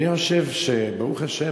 ואני חושב שברוך השם,